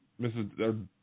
Mrs